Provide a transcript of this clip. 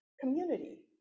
community